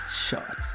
shot